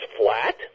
flat